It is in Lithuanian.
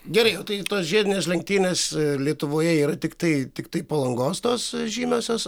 gerai tai tos žiedinės lenktynės lietuvoje yra tiktai tiktai palangos tos žymiosios